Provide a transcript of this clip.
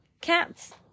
Cats